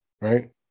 Right